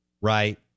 right